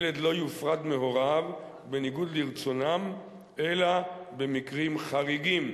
ילד לא יופרד מהוריו בניגוד לרצונם אלא במקרים חריגים,